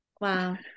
Wow